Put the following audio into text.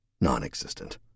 Non-existent